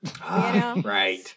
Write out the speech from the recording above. Right